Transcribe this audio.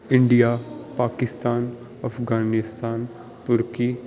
India Pakistan Afghanistan turkey